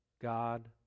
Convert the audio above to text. God